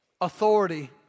authority